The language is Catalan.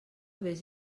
vés